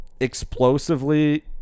explosively